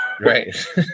Right